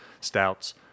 stouts